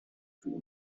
sous